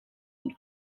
und